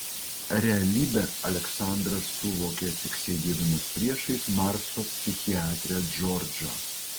realybę aleksandras suvokė tik sėdėdamas priešais marso psichiatrę džordžą